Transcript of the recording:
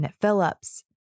Phillips